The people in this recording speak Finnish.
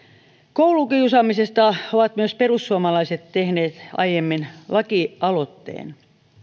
koulukiusaamisesta ovat myös perussuomalaiset tehneet aiemmin lakialoitteen